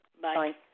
Bye